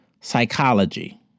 psychology